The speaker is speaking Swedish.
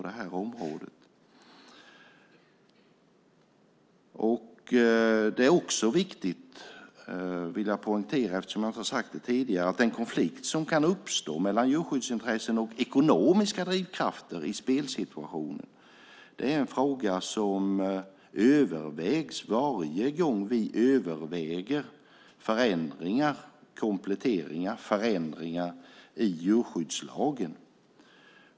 Det är också viktigt att poängtera, eftersom jag inte sagt detta tidigare, att den konflikt som kan uppstå mellan djurskyddsintressen och ekonomiska drivkrafter i spelsituationer är en fråga som övervägs varje gång vi överväger förändringar och kompletteringar i djurskyddslagen.